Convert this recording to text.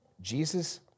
Jesus